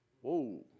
Whoa